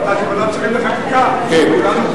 זו החלטה של ועדת השרים לחקיקה, אה.